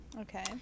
Okay